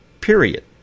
period